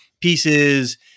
pieces